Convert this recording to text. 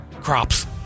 crops